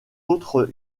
autres